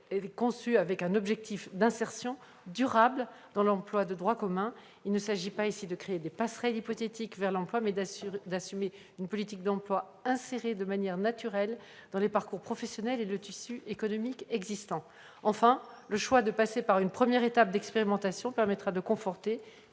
La mesure est conçue dans un objectif d'insertion durable dans l'emploi de droit commun. Il ne s'agit pas ici de créer des passerelles hypothétiques vers l'emploi, mais d'assumer une politique d'emploi insérée de manière naturelle dans les parcours professionnels et le tissu économique existant. Enfin, le choix de passer par une première étape d'expérimentation permettra de conforter